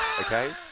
Okay